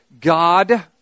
God